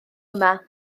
yma